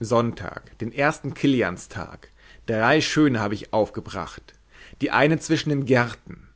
sonntag den ersten kilianstag drei schöne habe ich aufgebracht die eine zwischen den gärten